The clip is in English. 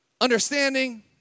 understanding